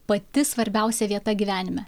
pati svarbiausia vieta gyvenime